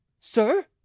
sir